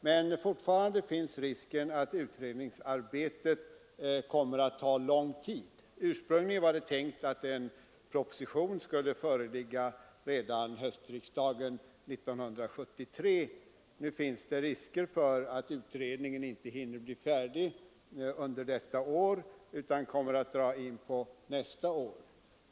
Men fortfarande finns risken att utredningsarbetet kommer att ta lång tid. Ursprungligen var det tänkt att en proposition skulle föreligga redan hösten 1973. Nu finns det risk för att utredningen inte hinner bli färdig under detta år utan att arbetet kommer att dra ut på tiden till nästa år.